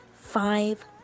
five